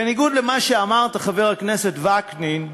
בניגוד למה שאמרת, חבר הכנסת וקנין,